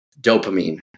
dopamine